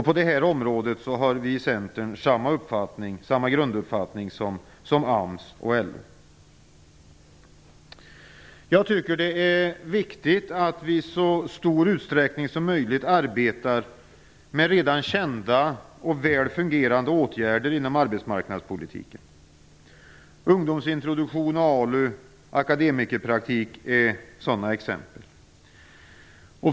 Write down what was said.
På detta område har vi i Centern samma grunduppfattning som AMS och LO. Jag tycker att det är viktigt att vi i så stor utsträckning som möjligt arbetar med redan kända, och väl fungerande, åtgärder inom arbetsmarknadspolitiken. Ungdomsintroduktion, ALU och akademikerpraktik är sådana exempel.